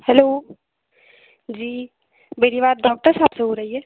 hello जी मेरी बात डॉक्टर साहब से हो रही है